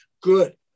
good